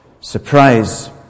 surprise